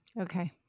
Okay